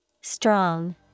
Strong